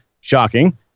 Shocking